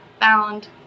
found